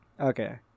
Okay